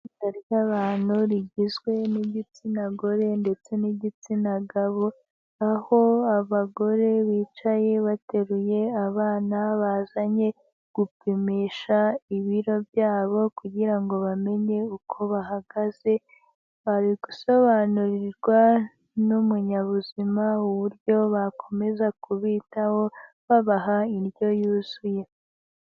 Itsinda ry'abantu rigizwe n'igitsina gore ndetse n'igitsina gabo aho abagore bicaye bateruye abana bazanye gupimisha ibiro byabo kugira ngo bamenye uko bahagaze bari gusobanurirwa n'umunyabuzima uburyo bakomeza kubitaho babaha indyo yuzuye.